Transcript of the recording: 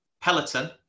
Peloton